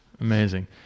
Amazing